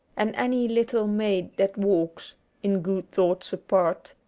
and any little maid that walks in good thoughts apart.